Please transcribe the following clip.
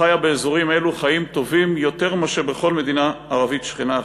שחיה באזורים אלו חיים טובים יותר מאשר בכל מדינה ערבית שכנה אחרת.